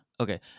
Okay